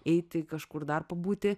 eiti kažkur dar pabūti